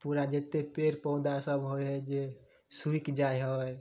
पूरा जत्ते पेड़ पौधा सब होइ है जे सुखि जाइ है